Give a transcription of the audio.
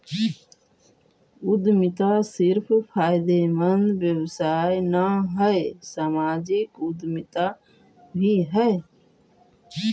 उद्यमिता सिर्फ फायदेमंद व्यवसाय न हई, सामाजिक उद्यमिता भी हई